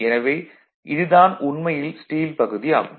எனவே இது தான் உண்மையில் ஸ்டீல் பகுதி ஆகும்